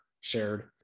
shared